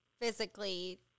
physically